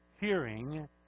hearing